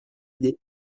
idée